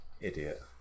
Idiot